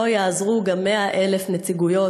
לא יעזרו גם 100,000 נציגויות